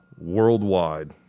worldwide